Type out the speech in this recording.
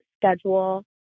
schedule